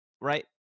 right